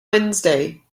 wednesday